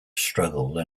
struggle